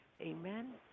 Amen